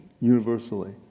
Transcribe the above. universally